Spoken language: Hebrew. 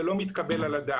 זה לא מתקבל על הדעת,